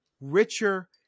richer